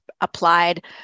applied